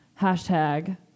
hashtag